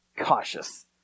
cautious